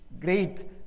great